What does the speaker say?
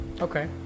Okay